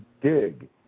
dig